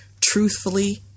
truthfully